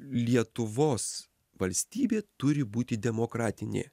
lietuvos valstybė turi būti demokratinė